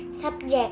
Subject